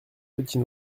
petit